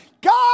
God